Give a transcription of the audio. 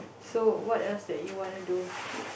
so what else that you wanna do